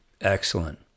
Excellent